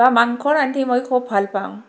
বা মাংস ৰান্ধি মই খুব ভাল পাওঁ